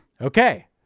Okay